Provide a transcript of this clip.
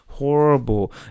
horrible